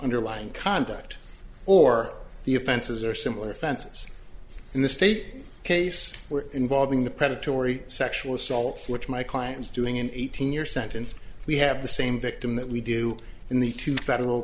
underlying conduct or the offenses are similar offenses in the state case involving the predatory sexual assault which my client's doing an eighteen year sentence we have the same victim that we do in the two federal